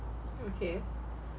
okay